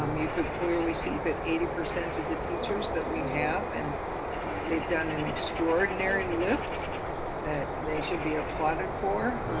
um you could clearly see that eighty percent of the teachers that we have and they've done an extraordinary lift that they should be applauded for